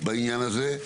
בעניין הזה.